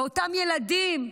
ואותם ילדים,